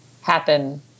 happen